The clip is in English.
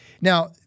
Now